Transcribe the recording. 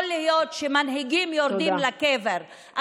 יכול להיות שמנהיגים יורדים לקבר,